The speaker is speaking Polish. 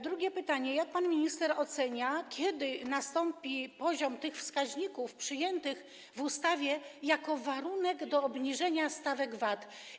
Drugie pytanie: Jak pan minister ocenia, kiedy będzie właściwy poziom tych wskaźników przyjętych w ustawie jako warunek do obniżenia stawek VAT?